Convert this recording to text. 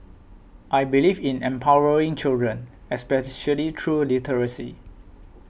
I believe in empowering children especially through literacy